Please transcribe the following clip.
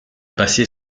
passé